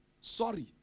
Sorry